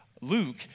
Luke